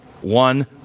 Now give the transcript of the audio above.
one